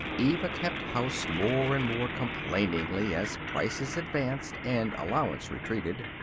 eva kept house more and more complainingly as prices advanced and allowance retreated.